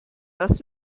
das